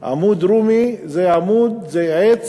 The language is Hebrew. עמוד רוּמִי זה עץ